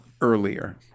earlier